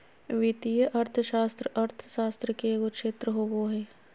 वित्तीय अर्थशास्त्र अर्थशास्त्र के एगो क्षेत्र होबो हइ